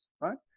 right